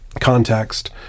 context